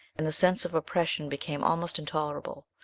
and the sense of oppression became almost intolerable.